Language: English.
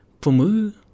Pumu